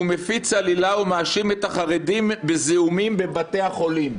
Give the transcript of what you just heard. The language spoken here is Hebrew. "הוא מפיץ עלילה ומאשים את החרדים בזיהומים בבתי החולים".